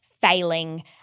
failing